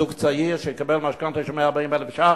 זוג צעיר שיקבל משכנתה של 140,000 שקלים,